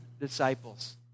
disciples